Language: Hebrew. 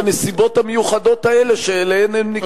בנסיבות המיוחדות האלה שאליהן הם נקלעו.